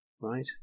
right